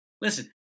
Listen